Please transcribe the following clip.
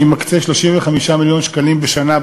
אני מקצה 35 מיליון שקלים בשנה,